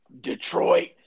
Detroit